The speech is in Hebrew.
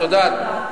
את יודעת,